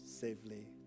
safely